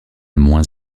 moins